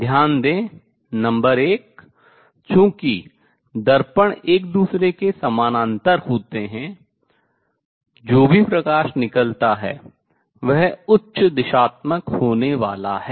ध्यान दें नंबर एक चूँकि दर्पण एक दूसरे के समानांतर होते हैं जो भी प्रकाश निकलता है वह उच्च दिशात्मक होने वाला है